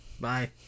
Bye